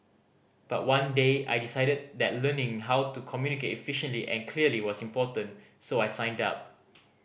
but one day I decided that learning how to communicate efficiently and clearly was important so I signed up